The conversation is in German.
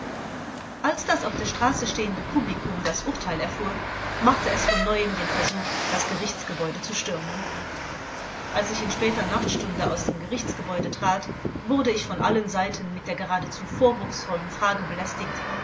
als das auf der straße stehende publikum das urteil erfuhr machte es von neuem den versuch das gerichtsgebäude zu stürmen als ich in später nachtstunde aus dem gerichtsgebäude trat wurde ich von allen seiten mit der geradezu vorwurfsvollen frage belästigt